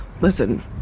listen